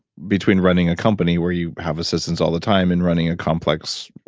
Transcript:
between running a company where you have assistants all the time and running a complex,